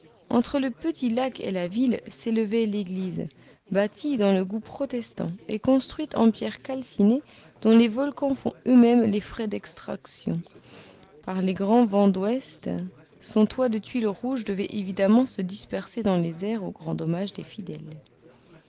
entre le petit lac et la ville s'élevait l'église bâtie dans le goût protestant et construite en pierres calcinées dont les volcans font eux-mêmes les frais d'extraction par les grands vents d'ouest son toit de tuiles rouges devait évidemment se disperser dans les airs au grand dommage des fidèles